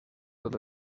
tot